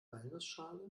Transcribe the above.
walnussschale